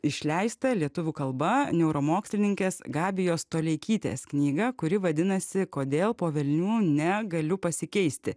išleistą lietuvių kalba neuromokslininkės gabijos toleikytės knygą kuri vadinasi kodėl po velnių negaliu pasikeisti